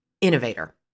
Innovator